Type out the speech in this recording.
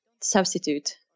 substitute